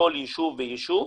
לכל יישוב ויישוב.